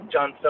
John